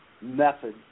method